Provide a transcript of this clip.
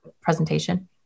presentation